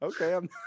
Okay